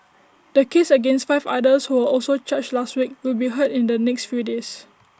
the cases against five others who were also charged last week will be heard in the next few days